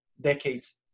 decades